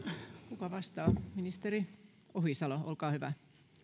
kuka vastaa ministeri ohisalo olkaa hyvä